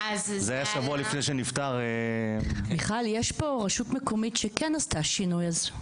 אז יש לך בהחלט אפשרות לתרום לשינוי ושיפור.